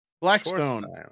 Blackstone